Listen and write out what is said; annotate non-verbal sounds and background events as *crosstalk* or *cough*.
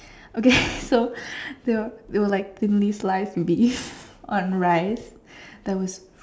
okay *laughs* so they were they were like thinly sliced beef on rice that was